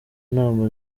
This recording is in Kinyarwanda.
inama